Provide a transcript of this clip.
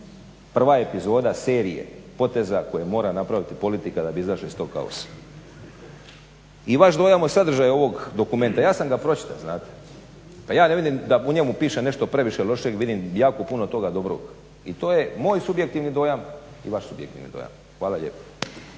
prva epizoda serije poteza koje mora napraviti politika da bi izašla iz tog kaosa. I vaš dojam o sadržaju ovog dokumenta, ja sam ga pročitao znate, pa ja ne vidim da u njemu piše nešto previše lošeg, vidim jako puno toga dobrog i to je moj subjektivni dojam i vaš subjektivni dojam. Hvala lijepo.